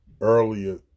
earlier